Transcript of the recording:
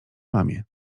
mamie